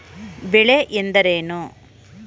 ಬೆಳೆ ಎಂದರೇನು?